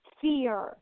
fear